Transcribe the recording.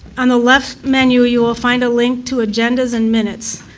on the left menu you will find a link to agendas and minutes.